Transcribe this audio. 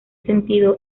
sentido